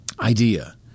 idea